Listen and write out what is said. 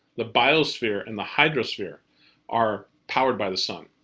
the biosphere, and the hydrosphere are powered by the sun,